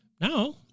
now